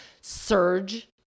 surge